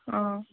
অঁ